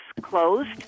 closed